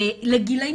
לגילאים